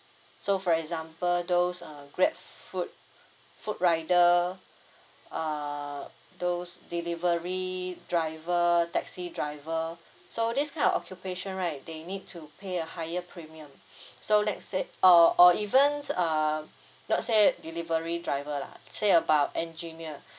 so for example those uh grab food food rider uh those delivery driver taxi driver so this kind of occupation right they need to pay a higher premium so let's say err or even uh not say delivery driver lah say about engineer